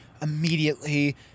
immediately